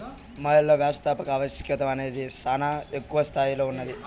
మహిళలలో వ్యవస్థాపకత ఆవశ్యకత అనేది శానా ఎక్కువ స్తాయిలో ఉన్నాది